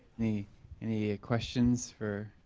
any any ah questions for